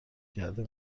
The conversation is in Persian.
کرده